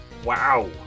Wow